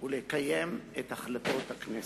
ולקיים את החלטות הכנסת.